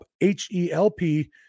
H-E-L-P